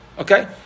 Okay